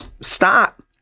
stop